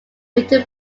written